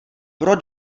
pro